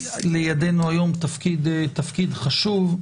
לידינו היום תפקיד חשוב.